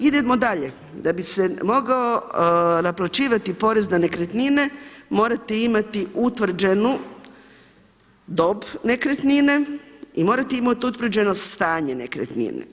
Idemo dalje, da bi se mogao naplaćivati porez na nekretnine morate imati utvrđenu dob nekretnine, i morate imati utvrđeno stanje nekretnine.